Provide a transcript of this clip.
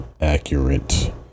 accurate